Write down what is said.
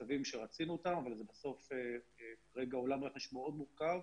בקצב שרצינו אבל בסוף זה עולם רכש מאוד מורכב.